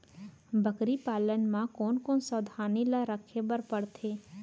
बकरी पालन म कोन कोन सावधानी ल रखे बर पढ़थे?